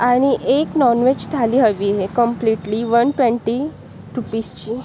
आणि एक नॉनवेज थाळी हवी आहे कम्प्लीटली वन ट्वेंटी रुपीजची